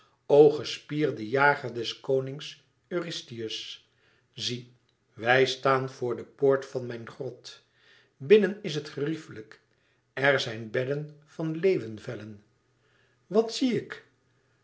o gespierde jager des konings eurystheus zie wij staan voor de poort van mijn grot binnen is het gerieflijk er zijn bedden van leeuwevellen wat zie ik